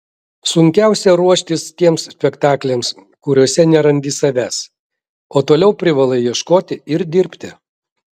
sunkiausia ruoštis tiems spektakliams kuriuose nerandi savęs o toliau privalai ieškoti ir dirbti